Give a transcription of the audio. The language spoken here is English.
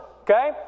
Okay